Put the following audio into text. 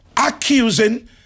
accusing